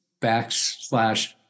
backslash